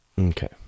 Okay